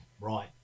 right